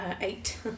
eight